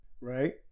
Right